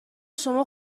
شما